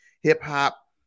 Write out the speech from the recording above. Hip-hop